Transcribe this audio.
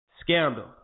Scandal